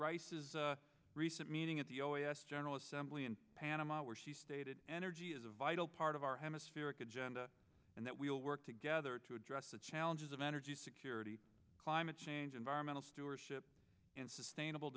rice's recent meeting at the oas general assembly in panama where she stated energy is a vital part of our hemispheric agenda and that we will work together to address the challenges of energy security climate change environmental stewardship and sustainable